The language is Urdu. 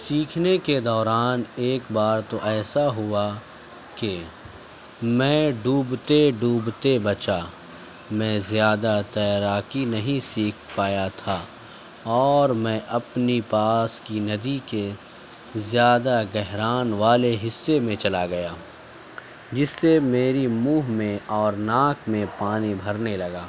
سیکھنے کے دوران ایک بار تو ایسا ہوا کہ میں ڈوبتے ڈوبتے بچا میں زیادہ تیراکی نہیں سیکھ پایا تھا اور میں اپنی پاس کی ندی کے زیادہ گہران والے حصے میں چلا گیا جس سے میری منہ میں اور ناک میں پانی بھرنے لگا